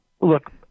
Look